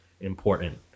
important